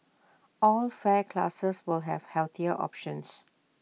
all fare classes will have healthier options